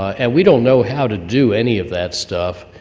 and we don't know how to do any of that stuff,